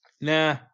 Nah